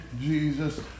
Jesus